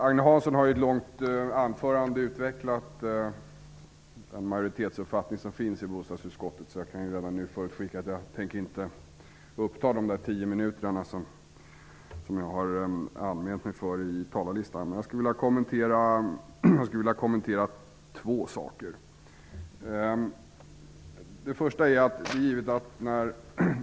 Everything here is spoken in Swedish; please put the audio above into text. Agne Hansson har i ett långt anförande utvecklat den majoritetsuppfattning som finns i bostadsutskottet, så jag kan redan nu förutskicka att jag inte tänker uppta de 10 minuter jag anmält mig för på talarlistan. Jag skulle vilja kommentera två saker.